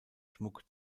schmuck